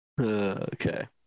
Okay